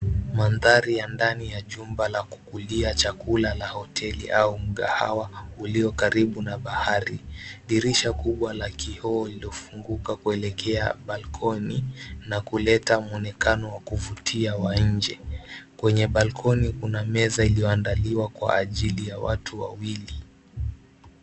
Maandhari ya ndani ya jumba la kukulia chakula la hoteli au mgahawa uliokaribu na bahari. Dirisha kubwa la kioo lililofunguka kuelekea balcony na kuleta muonekano wa kuvutia wa nje. Kwenye balcony kuna meza iliyoandaliwa kwa ajili ya watu wawili.